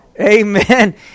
Amen